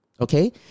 Okay